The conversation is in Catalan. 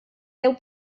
deu